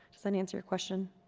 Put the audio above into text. does that answer question?